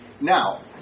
Now